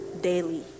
daily